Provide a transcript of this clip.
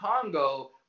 Congo